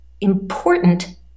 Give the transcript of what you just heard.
important